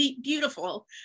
beautiful